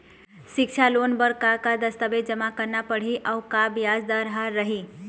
सिक्छा लोन बार का का दस्तावेज जमा करना पढ़ही अउ ब्याज दर का रही?